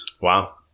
Wow